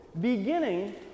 Beginning